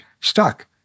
stuck